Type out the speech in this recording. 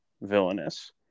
villainous